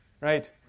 right